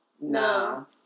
No